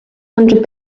hundred